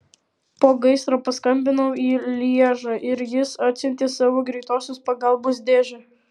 po gaisro paskambinau į lježą ir jis atsiuntė savo greitosios pagalbos dėžę